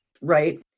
Right